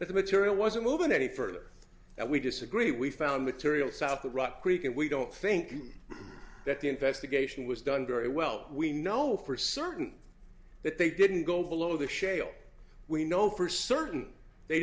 that the material was a moving any further that we disagree we found material south of rock creek and we don't think that the investigation was done very well we know for certain that they didn't go below the shale we know for certain they